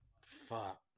Fuck